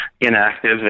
inactive